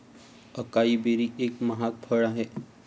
acai berry एक महाग फळ आहे